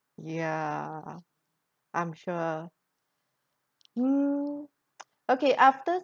ya I'm sure mm okay after